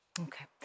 Okay